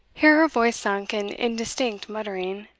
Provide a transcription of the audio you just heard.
her voice sunk in indistinct muttering.